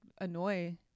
annoy